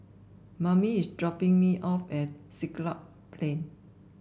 Momy is dropping me off at Siglap Plain